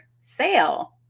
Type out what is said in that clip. sale